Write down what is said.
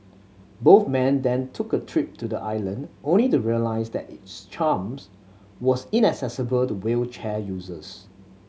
both men then took a trip to the island only the realise that its charms was inaccessible to wheelchair users